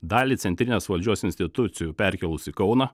dalį centrinės valdžios institucijų perkėlus į kauną